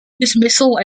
dismissal